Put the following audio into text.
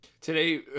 Today